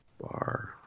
Bar